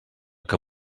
que